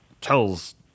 tells